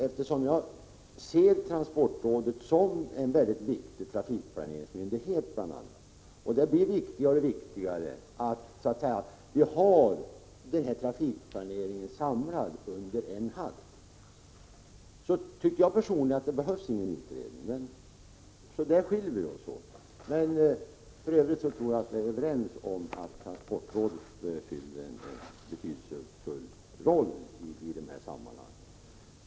Eftersom jag ser transportrådet bl.a. som en trafikplaneringsmyndighet och det blir viktigare och viktigare att vi har trafikplaneringen samlad under en hatt, tycker jag dock personligen att det inte behövs någon utredning. På den punkten skiljer vi oss åt, men för övrigt tror jag vi är överens om att transportrådet spelar en betydelsefull roll i de här sammanhangen.